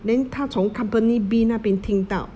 then 他从 company B 那边听到